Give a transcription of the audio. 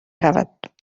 شود